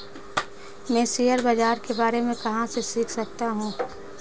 मैं शेयर बाज़ार के बारे में कहाँ से सीख सकता हूँ?